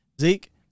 Zeke